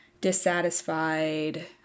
dissatisfied